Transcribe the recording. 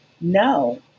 no